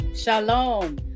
Shalom